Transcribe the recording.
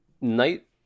night